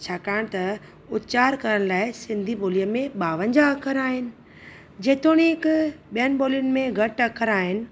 छाकाणि त उचारु करणु लाइ सिंधी ॿोलीअ में ॿावंजह अखरि आहिनि जेतोणीकि ॿियनि ॿोलियुनि में घटि अखरि आहिनि